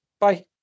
Bye